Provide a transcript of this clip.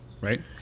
right